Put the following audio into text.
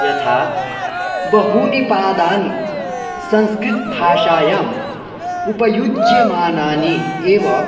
यथा बहूनि पदानि संस्कृतभाषायाम् उपयुज्यमानानि एव